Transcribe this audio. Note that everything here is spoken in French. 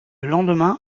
lendemain